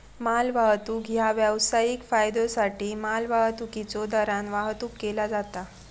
मालवाहतूक ह्या व्यावसायिक फायद्योसाठी मालवाहतुकीच्यो दरान वाहतुक केला जाता